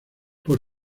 por